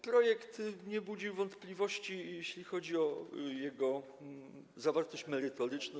Projekt nie budził wątpliwości, jeśli chodzi o jego zawartość merytoryczną.